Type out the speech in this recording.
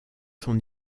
son